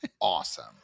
awesome